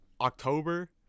October